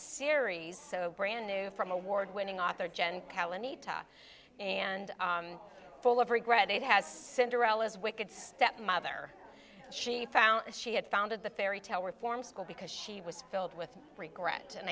series so brand new from award winning author jen callan itar and full of regret it has cinderella's wicked stepmother she found she had founded the fairy tale were form school because she was filled with regret and